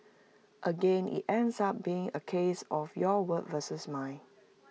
again IT ends up being A case of your word versus mine